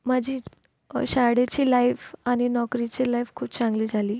माझी शाळेची लाईफ आणि नोकरीची लाईफ खूप चांगली झाली